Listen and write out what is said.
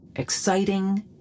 exciting